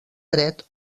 dret